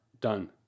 done